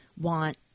want